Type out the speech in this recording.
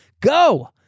go